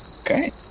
Okay